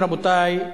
רבותי,